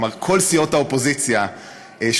כלומר כל סיעות האופוזיציה שותפות,